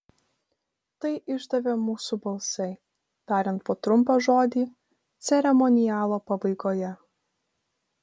tai išdavė mūsų balsai tariant po trumpą žodį ceremonialo pabaigoje